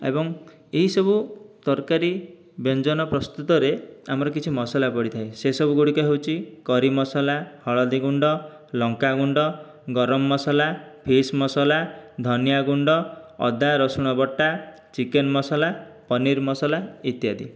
ଏବଂ ଏହି ସବୁ ତରକାରି ବ୍ୟଞ୍ଜନ ପ୍ରସ୍ତୁତରେ ଆମର କିଛି ମସଲା ପଡ଼ିଥାଏ ସେସବୁ ଗୁଡ଼ିକ ହେଉଛି କରି ମସଲା ହଳଦୀ ଗୁଣ୍ଡ ଲଙ୍କା ଗୁଣ୍ଡ ଗରମ ମସଲା ଫିସ୍ ମସଲା ଧନିଆ ଗୁଣ୍ଡ ଅଦା ରସୁଣ ବଟା ଚିକେନ୍ ମସଲା ପନିର୍ ମସଲା ଇତ୍ୟାଦି